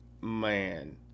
Man